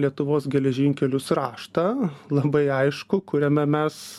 lietuvos geležinkelius raštą labai aišku kuriame mes